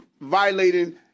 violating